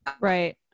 Right